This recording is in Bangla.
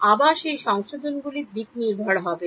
আবার সেই সংশোধনগুলি দিকনির্ভর হবে